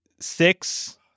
six